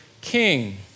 king